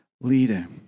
leader